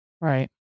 Right